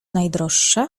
najdroższa